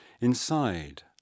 Inside